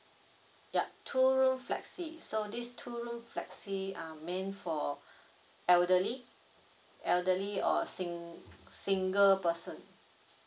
yup two room flexi so this two room flexi are meant for elderly elderly or sing~ single person